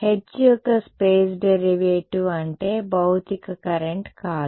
h యొక్క space derivative అంటే భౌతిక కరెంట్ కాదు